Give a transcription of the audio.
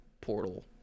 portal